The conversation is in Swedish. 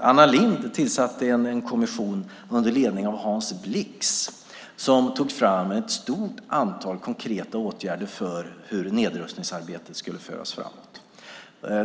Anna Lindh tillsatte en kommission under ledning av Hans Blix som tog fram ett stort antal konkreta åtgärder för hur nedrustningsarbetet skulle föras fram.